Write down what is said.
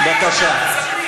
בבקשה.